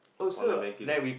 online banking